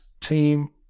team